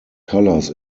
colours